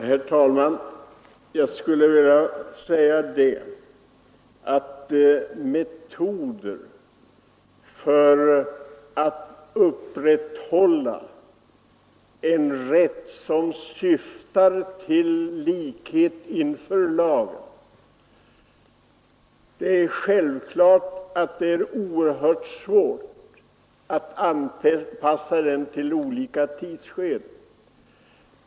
Herr talman! Det är självklart att det är oerhört svårt att anpassa en rätt som syftar till likhet inför lagen till olika tidsskeden.